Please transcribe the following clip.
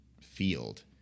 field